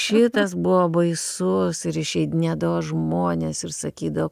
šitas buvo baisus ir išeidinėdavo žmonės ir sakydavo